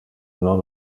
non